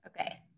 Okay